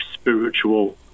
spiritual